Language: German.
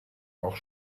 auch